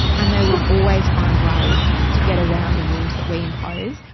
and they will always find ways to get around the rules that we impose.